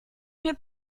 mieux